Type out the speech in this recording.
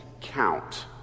count